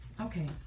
Okay